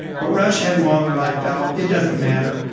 but rush headlong or lie fallow, it doesn't matter.